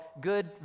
Good